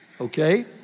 okay